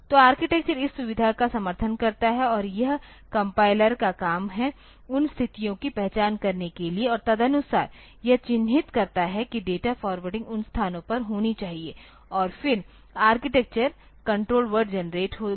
तो आर्किटेक्चर इस सुविधा का समर्थन करता है और यह कंपाइलर का काम है उन परिस्थितियों की पहचान करने के लिए और तदनुसार यह चिह्नित करता है कि डेटा फ़ॉरवर्डिंग उन स्थानों पर होनी चाहिए और फिर आर्किटेक्चर कण्ट्रोल वर्ड जेनेरेट होंगे